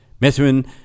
Methuen